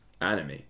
anime